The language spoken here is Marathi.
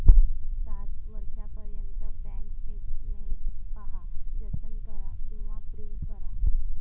सात वर्षांपर्यंत बँक स्टेटमेंट पहा, जतन करा किंवा प्रिंट करा